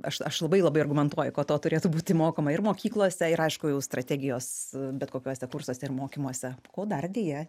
aš aš labai labai argumentuoju kad to turėtų būti mokoma ir mokyklose ir aišku jau strategijos bet kokiuose kursuose ir mokymuose ko dar deja